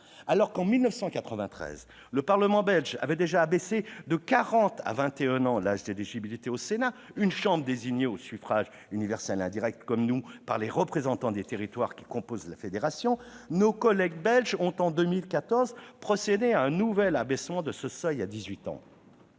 Alors qu'en 1993 le Parlement belge avait déjà abaissé de quarante à vingt et un ans l'âge d'éligibilité au Sénat, une chambre désignée au suffrage universel indirect par les représentants des territoires qui composent la fédération, nos collègues belges ont en 2014 procédé à un nouvel abaissement de ce seuil à